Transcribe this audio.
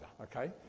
okay